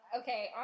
Okay